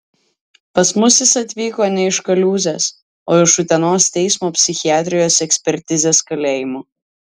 pas mus jis atvyko ne iš kaliūzės o iš utenos teismo psichiatrijos ekspertizės kalėjimo